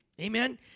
Amen